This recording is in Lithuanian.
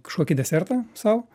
kažkokį desertą sau